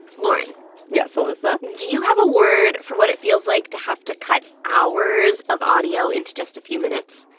lauren yes, elissa? do you have a word for what it feels like to have to cut hours of audio into just a few minutes?